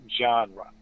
genre